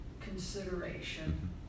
consideration